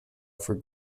for